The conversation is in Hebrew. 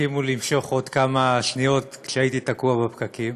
הספיקו למשוך עוד כמה שניות כשהייתי תקוע בפקקים.